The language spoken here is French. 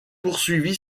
poursuivi